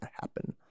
happen